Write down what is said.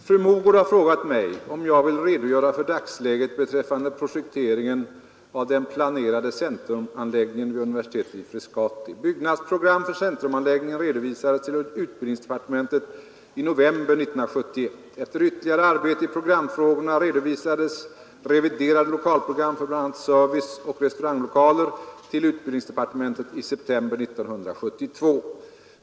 Fru talman! Fru Mogård har frågat mig om jag vill redogöra för dagsläget beträffande projekteringen av den planerade centrumanläggningen vid universitetet i Frescati. Byggnadsprogram för centrumanläggningen redovisades till utbildningsdepartementet i november 1971. Efter ytterligare arbete i programfrågorna redovisades reviderade lokalprogram för bl.a. serviceoch restauranglokaler till utbildningsdepartementet i september 1972.